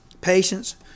patience